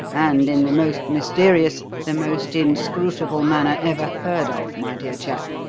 and in the most mysterious, the most inscrutable manner ever heard of, my dear chap.